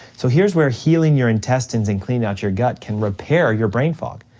so here's where healing your intestines and cleaning out your gut can repair your brain fog.